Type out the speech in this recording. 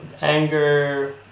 anger